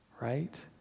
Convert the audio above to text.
right